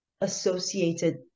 associated